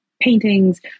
paintings